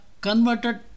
converted